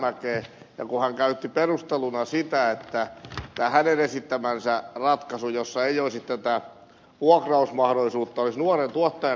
rajamäkeä ja hän käytti perusteluna sitä että tämä hänen esittämänsä ratkaisu jossa ei olisi tätä vuokrausmahdollisuutta olisi nuoren tuottajan kannalta parempi